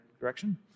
direction